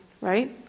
right